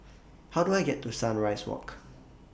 How Do I get to Sunrise Walk